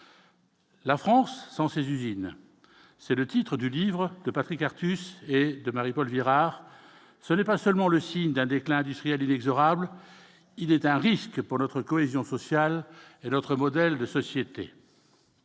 La France sans 16 usines, c'est le titre du livre de Patrick Arthus et de Marie-Paule Girard ce n'est pas seulement le signe d'un déclin industriel inexorable, il est un risque pour notre cohésion sociale et notre modèle de société